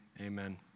amen